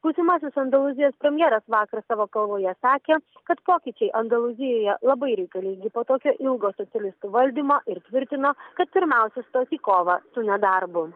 būsimasis andalūzijos premjeras vakar savo kalboje sakė kad pokyčiai andalūzijoje labai reikalingi po tokio ilgo socialistų valdymo ir tvirtino kad pirmiausia stos į kovą su nedarbu